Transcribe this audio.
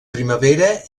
primavera